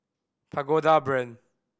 Pagoda Brand